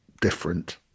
different